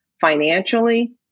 financially